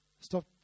Stop